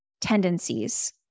tendencies